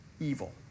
evil